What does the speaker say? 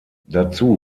dazu